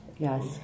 Yes